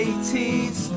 80s